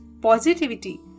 positivity